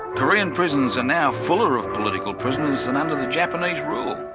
korean prisons are now fuller of political prisoners and and japanese rule.